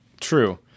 True